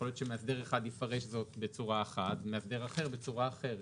יכול להיות שמאסדר אחד יפרש את זה בצורה אחת ומאסדר אחר בצורה אחרת,